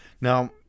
Now